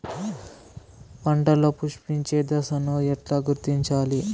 పంటలలో పుష్పించే దశను ఎట్లా గుర్తించాలి?